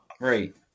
Right